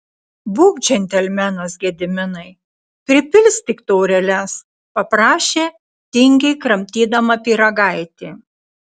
būk džentelmenas gediminai pripilstyk taureles paprašė tingiai kramtydama pyragaitį